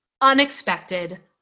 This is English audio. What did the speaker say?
unexpected